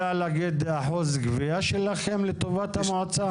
להגיד את אחוז הגבייה שלכם לטובת המועצה?